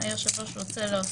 נוהל השב"ס אצלנו?